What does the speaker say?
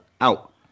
out